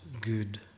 good